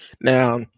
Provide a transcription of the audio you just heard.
Now